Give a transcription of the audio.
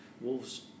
Wolves